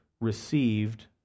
received